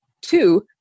Two